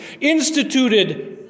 instituted